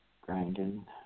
grinding